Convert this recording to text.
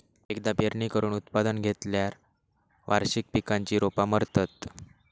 एकदा पेरणी करून उत्पादन घेतल्यार वार्षिक पिकांची रोपा मरतत